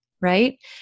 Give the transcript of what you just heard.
Right